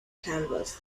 canvas